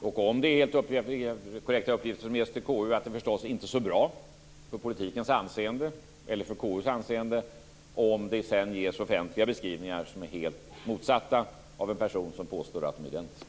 Om det är helt korrekta uppgifter som ges till KU är det förstås inte så bra för politikens eller för KU:s anseende, om det sedan ges offentliga beskrivningar som är helt motsatta av en person som påstår att de är identiska.